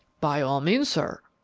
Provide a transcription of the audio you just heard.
by all means, sir.